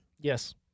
Yes